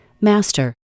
Master